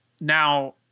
Now